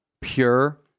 pure